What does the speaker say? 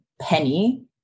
penny